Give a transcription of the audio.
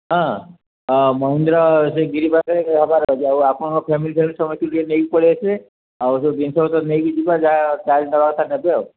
ହଁ ମହେନ୍ଦ୍ର ସେ ଗିରିି ପାଖରେ ହେବାର ଅଛି ଆଉ ଆପଣଙ୍କ ଫ୍ୟାମିଲି ଫ୍ୟାମିଲି ସମସ୍ତଙ୍କୁ ଟିକିଏ ନେଇକି ପଳେଇ ଆସିବେ ଆଉ ସବୁ ଜିନିଷ ପତ୍ର ନେଇକି ଯିବା ଯାହା ନେବା କଥା ନେବେ ଆଉ